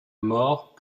mort